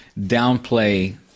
downplay